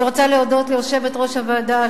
אני רוצה להודות ליושבת-ראש הוועדה,